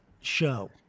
show